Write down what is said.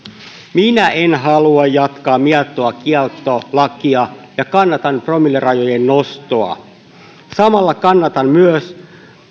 minä en halua jatkaa mietoa kieltolakia ja kannatan promillerajojen nostoa samalla kannatan myös